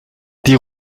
die